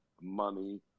money